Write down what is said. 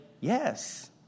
yes